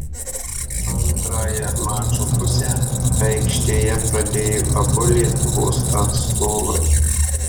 antrąją mačo pusę aikštėje pradėjo abu lietuvos atstovai